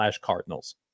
cardinals